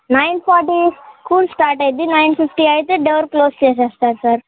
nine forty school start అయ్యిది nine fifty అయితే door close చేసేస్తారు సార్